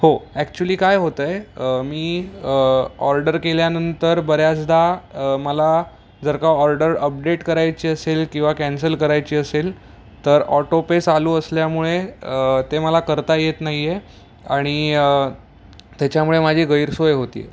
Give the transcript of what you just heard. हो ॲक्च्युली काय होतं आहे मी ऑर्डर केल्यानंतर बऱ्याचदा मला जर का ऑर्डर अपडेट करायची असेल किंवा कॅन्सल करायची असेल तर ऑटोपे चालू असल्यामुळे ते मला करता येत नाही आहे आणि त्याच्यामुळे माझी गैरसोय होती आहे